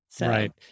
Right